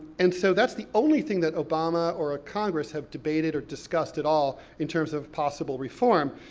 and so that's the only thing that obama or congress have debated or discussed at all, in terms of possible reform.